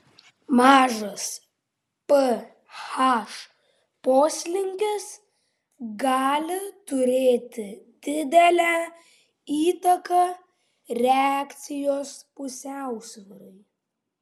mažas ph poslinkis gali turėti didelę įtaką reakcijos pusiausvyrai